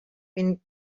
been